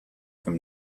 from